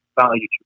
value